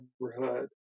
neighborhood